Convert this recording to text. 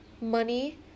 money